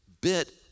bit